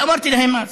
אמרתי להם אז: